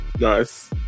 Nice